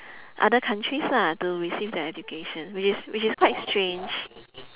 other countries lah to receive their education which is which is quite strange